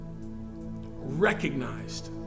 recognized